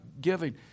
giving